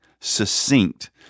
succinct